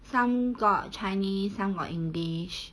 some got chinese some got english